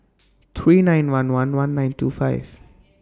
three nine one one one nine two five